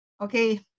Okay